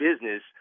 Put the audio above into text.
business